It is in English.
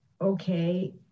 okay